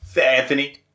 Anthony